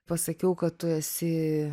pasakiau kad tu esi